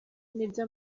nibyo